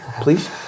please